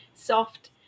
soft